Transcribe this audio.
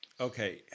Okay